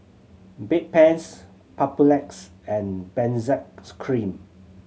Bedpans Papulex and Benzac Cream